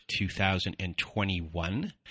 2021